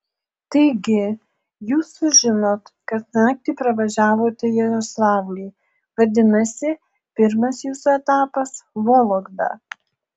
taigi jūs sužinot kad naktį pravažiavote jaroslavlį vadinasi pirmas jūsų etapas vologda